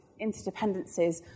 interdependencies